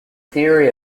theory